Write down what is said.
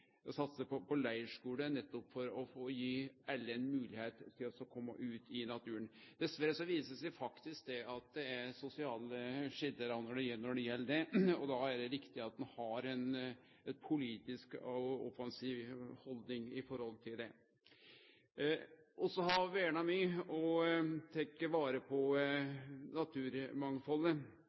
minst satse på leirskule, nettopp for å gi alle ei moglegheit til å kome ut i naturen. Dessverre viser det seg at det er sosiale skilje her, og da er det riktig at ein har ei politisk og offensiv haldning i forhold til det. Vi har verna mykje og teke vare på